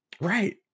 right